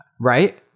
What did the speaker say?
right